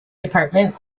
department